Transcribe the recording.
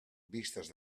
vistes